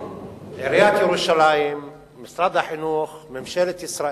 עיריית ירושלים, משרד החינוך, ממשלת ישראל,